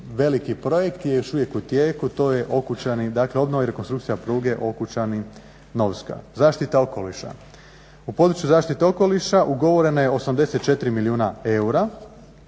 veliki projekt je još uvijek u tijeku, to je Okučani, dakle obnova i rekonstrukcija pruge Okučani-Novska. Zaštita okoliša. U području zaštite okoliša ugovoreno je 84 milijuna eura.